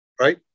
right